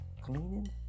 cleaning